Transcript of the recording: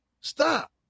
Stop